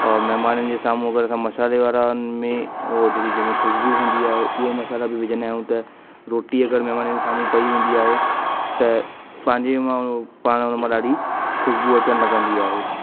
और महिमाननि जे साम्हूं अगरि असां मशाले वारा ने उहो जेकी जंहिंमें ख़ुशबू हूंदी आहे उहे मशाला बि विझंदा आहियूं त रोटी अगरि महिमाननि जे साम्हूं पई हूंदी आहे त पंहिंजे माण्हू पाण हुन मां ॾाढी ख़ुशबू अचणु लॻंदी आहे